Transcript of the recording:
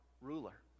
ruler